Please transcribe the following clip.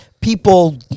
people